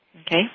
Okay